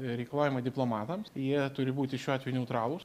reikalavimai diplomatams jie turi būti šiuo atveju neutralūs